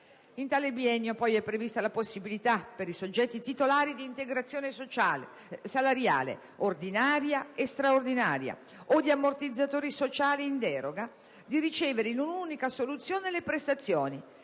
In tale biennio poi è prevista la possibilità, per i soggetti titolari di integrazione salariale, ordinaria e straordinaria, o di ammortizzatori sociali in deroga, di ricevere in un'unica soluzione le prestazioni,